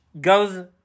goes